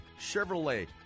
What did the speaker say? Chevrolet